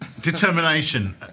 determination